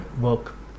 Work